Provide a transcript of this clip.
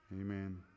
Amen